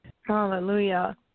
Hallelujah